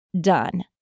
done